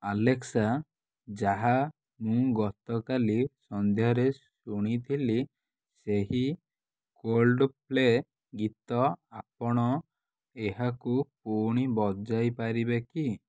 Alexa ଯାହା ମୁଁ ଗତକାଲି ସନ୍ଧ୍ୟାରେ ଶୁଣିଥିଲି ସେହି କୋଲ୍ଡ ପ୍ଲେ ଗୀତ ଆପଣ ଏହାକୁ ପୁଣି ବଜାଇ ପାରିବେ କି